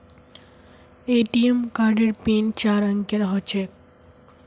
ATM कार्डेर pin चार अंकेर ह छेक